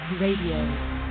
Radio